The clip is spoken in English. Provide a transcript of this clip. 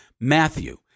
Matthew